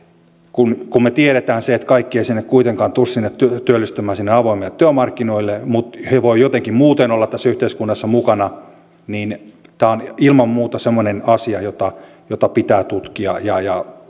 kun me tiedämme sen että kaikki eivät kuitenkaan tule työllistymään sinne avoimille työmarkkinoille mutta he voivat jotenkin muuten olla tässä yhteiskunnassa mukana niin tämä on ilman muuta semmoinen asia jota jota pitää tutkia ja ja